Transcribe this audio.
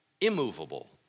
immovable